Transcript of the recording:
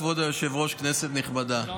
כבוד היושב-ראש, כנסת נכבדה,